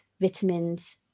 vitamins